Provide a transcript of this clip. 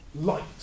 light